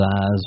eyes